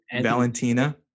valentina